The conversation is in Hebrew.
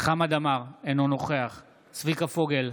חמד עמאר, אינו נוכח צביקה פוגל,